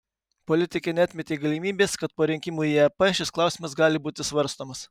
politikė neatmetė galimybės kad po rinkimų į ep šis klausimas gali būti svarstomas